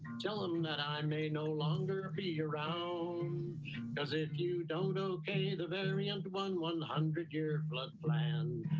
tell him that i may no longer be around because if you don't, okay, the very end one one hundred year flood plan.